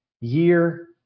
year